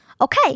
Okay